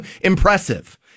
impressive